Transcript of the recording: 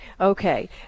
Okay